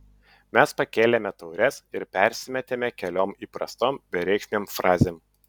mes pakėlėme taures ir persimetėme keliom įprastom bereikšmėm frazėm